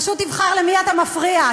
פשוט תבחר למי אתה מפריע,